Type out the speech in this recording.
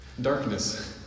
Darkness